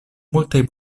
multaj